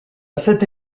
cette